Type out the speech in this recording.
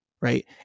right